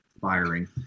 firing